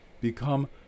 Become